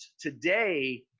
Today